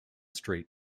street